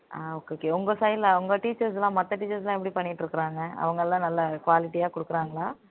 ஆ okay okay உங்கள் சைட்டில் உங்கள் டீச்சர்ஸ் எல்லாம் மற்ற டீச்சர்ஸ் எல்லாம் எப்படி பண்ணிட்டுருக்குறாங்க அவங்கெல்லாம் நல்ல க்வாலிட்டியாக கொடுக்குறாங்களா